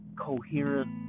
coherent